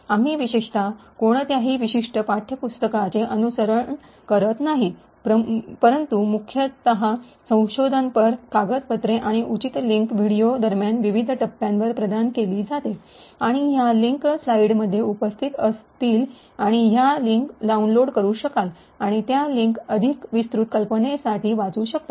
आम्ही विशेषत कोणत्याही विशिष्ट पाठ्यपुस्तकाचे अनुसरण करीत नाही परंतु मुख्यत संशोधनपर कागदपत्रे आणि उचित लिंक व्हिडिओ दरम्यान विविध टप्प्यावर प्रदान केले जातील आणि ह्या लिंक स्लाइडमध्ये उपस्थित असतील आणि आपण ह्या लिंक डाउनलोड करू शकाल आणि त्या लिंक अधिक विस्तृत संकल्पनेसाठी वाचू शकतात